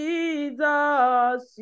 Jesus